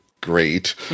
great